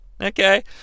okay